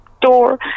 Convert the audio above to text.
door